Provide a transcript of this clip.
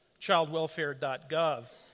childwelfare.gov